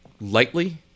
lightly